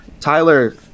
Tyler